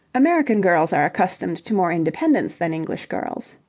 american girls are accustomed to more independence than english girls.